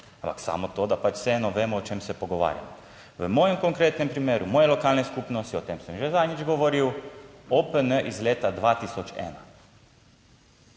samo to, da pač vseeno vemo o čem se pogovarjamo. V mojem konkretnem primeru moje lokalne skupnosti, o tem sem že zadnjič govoril, OPN iz leta 2001,